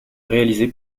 réalisé